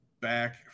back